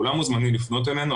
כולם מוזמנים לפנות אלינו.